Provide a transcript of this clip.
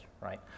Right